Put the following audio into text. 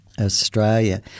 Australia